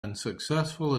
unsuccessful